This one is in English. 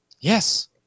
Yes